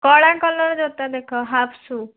କଳା କଲର ଜୋତା ଦେଖାଅ ହାପ୍ ସୁ